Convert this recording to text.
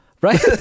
right